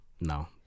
No